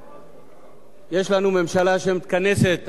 יש לנו ממשלה שמתכנסת אחת לשבוע,